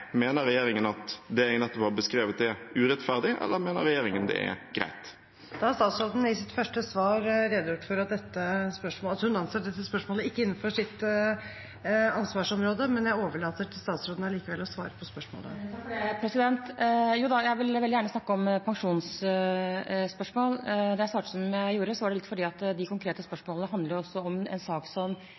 Mener regjeringen at det jeg nettopp har beskrevet, er urettferdig, eller mener regjeringen at det er greit? Statsråden har i sitt første svar redegjort for at hun anser dette spørsmålet for ikke å være innenfor sitt ansvarsområde, men jeg overlater til statsråden likevel å svare på spørsmålet. Takk for det, president. Jo da, jeg vil veldig gjerne snakke om pensjonsspørsmål. Da jeg svarte som jeg gjorde, var det fordi de konkrete spørsmålene handler om en sak